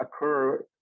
occur